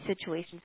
situations